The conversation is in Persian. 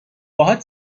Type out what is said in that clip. باهات